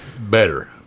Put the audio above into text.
better